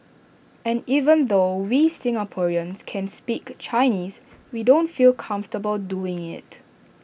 and even though we Singaporeans can speak Chinese we don't feel comfortable doing IT